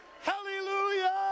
hallelujah